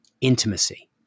intimacy